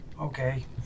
Okay